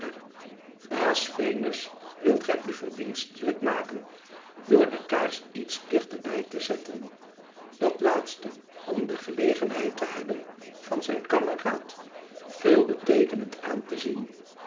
baas venus wilt gij u verdienstelijk maken door de kaars iets dichter bij te zetten v dat laatste om de gelegenheid te hebben van zijn kameraad veelbeteekenend aan te zien